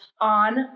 on